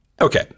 Okay